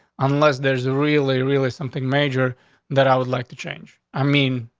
unless there's a really, really something major that i would like to change. i mean,